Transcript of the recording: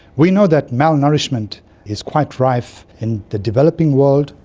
we know that malnourishment is quite rife in the developing world,